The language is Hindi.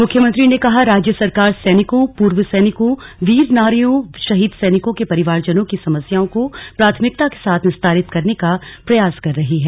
मुख्यमंत्री ने कहा राज्य सरकार सैनिकों पूर्व सैनिकों वीर नारियों और शहीद सैनिकों के परिवारजनों की समस्याओं को प्राथमिकता के साथ निस्तारित करने का प्रयास कर रही है